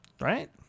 Right